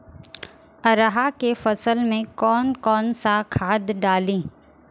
अरहा के फसल में कौन कौनसा खाद डाली?